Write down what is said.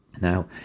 Now